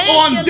on